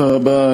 תודה רבה.